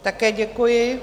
Také děkuji.